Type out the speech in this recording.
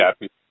happy